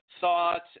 thoughts